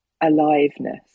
aliveness